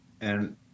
And-